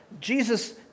Jesus